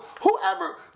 whoever